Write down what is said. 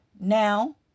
Now